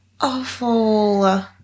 awful